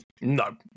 no